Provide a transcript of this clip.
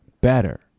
better